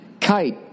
kite